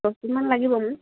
দহদিনমান লাগিব মোৰ